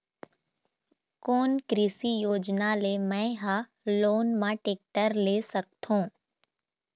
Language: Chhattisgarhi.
कोन कृषि योजना ले मैं हा लोन मा टेक्टर ले सकथों?